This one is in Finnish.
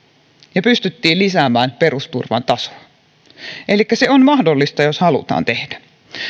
ja pystyttiin lisäämään perusturvan tasoa elikkä se on mahdollista jos halutaan tehdä